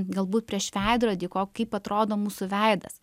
galbūt prieš veidrodį ko kaip atrodo mūsų veidas